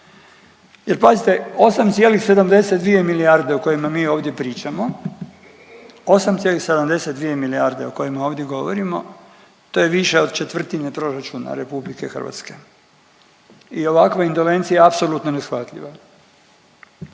jer pazite, 8,72 milijarde o kojima mi ovdje pričamo, 8,72 milijarde o kojima ovdje govorimo, to je više od četvrtine proračuna RH i ovakva indolencija je apsolutno neshvatljiva.